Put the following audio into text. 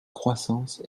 croissance